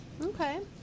okay